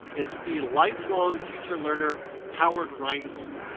it's the life-long teacher learner howard rheingold.